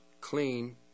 clean